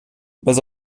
без